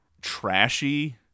trashy